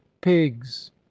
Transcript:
pigs